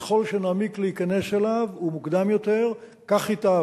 שככל שנעמיק להיכנס אליו ומוקדם יותר, כך ייטב.